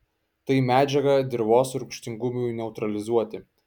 tai medžiaga dirvos rūgštingumui neutralizuoti